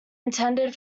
intended